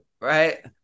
right